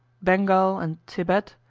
bengal, and thibet,